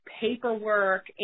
paperwork